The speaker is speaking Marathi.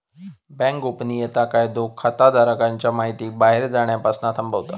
बॅन्क गोपनीयता कायदो खाताधारकांच्या महितीक बाहेर जाण्यापासना थांबवता